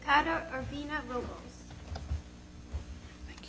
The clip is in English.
i don't like